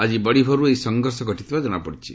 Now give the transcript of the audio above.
ଆକି ବଡ଼ିଭୋରୁ ଏହି ସଂଘର୍ଷ ଘଟିଥିବାର ଜଣାପଡ଼ିଛି